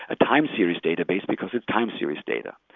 a time series database, because it's time series data.